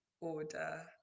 order